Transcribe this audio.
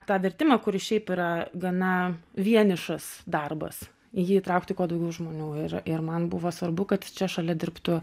tą vertimą kuris šiaip yra gana vienišas darbas į jį įtraukti kuo daugiau žmonių ir ir man buvo svarbu kad čia šalia dirbtų